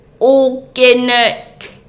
organic